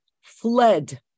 fled